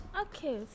okay